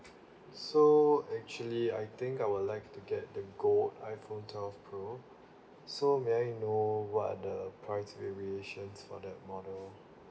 so actually I think I would like to get the gold iPhone twelve pro so may I know what are the price in relation for that model